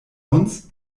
uns